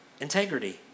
integrity